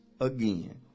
again